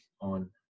on